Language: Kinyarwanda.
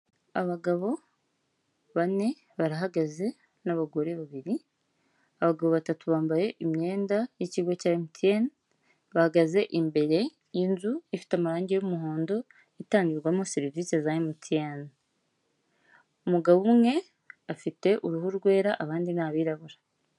Abagabo bane barahagaze n'abagore babiri, abagabo batatu bambaye imyenda y'ikigo cya MTN, bahagaze imbere y'inzu ifite amarangi y'umuhondo itangirwamo serivisi za MTN, umugabo umwe afite uruhu rwera abandi ni abirabura.